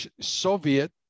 Soviet